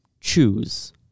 choose